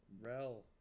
Rel